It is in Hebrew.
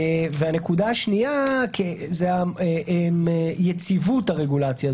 הנקודה השנייה היא יציבות הרגולציה.